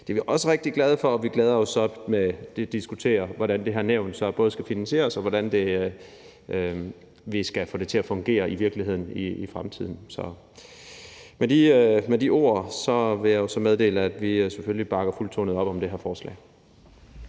det er vi også rigtig glade for. Vi glæder os også til at diskutere, hvordan det her nævn skal finansieres, og hvordan vi skal få det til at fungere i virkeligheden i fremtiden. Så med de ord vil jeg meddele, at vi selvfølgelig bakker fuldtonet op om det her forslag.